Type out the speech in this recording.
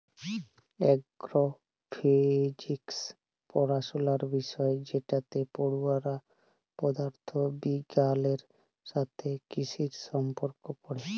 এগ্র physics পড়াশলার বিষয় যেটতে পড়ুয়ারা পদাথথ বিগগালের সাথে কিসির সম্পর্ক পড়ে